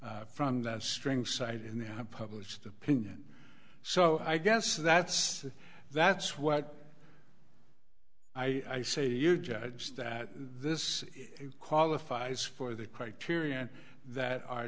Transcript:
from that string cited in the published opinion so i guess that's that's what i say you judge that this qualifies for the criteria that are